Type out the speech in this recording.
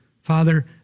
Father